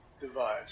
device